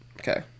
okay